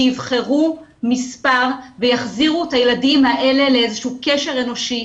שיבחרו מספר ויחזירו את הילדים האלה לאיזה שהוא קשר אנושי.